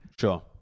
sure